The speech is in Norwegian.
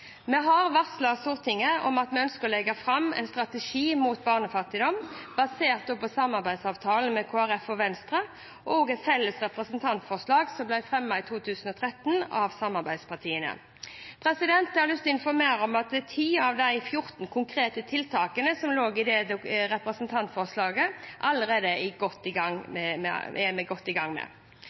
Vi har varslet Stortinget om at vi ønsker å legge fram en strategi mot barnefattigdom, basert på samarbeidsavtalen med Kristelig Folkeparti og Venstre og et felles representantforslag som ble fremmet i 2013 av samarbeidspartiene. Jeg har lyst til å informere om at vi allerede er godt i gang med 10 av de 14 konkrete tiltakene som lå i det representantforslaget.